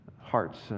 hearts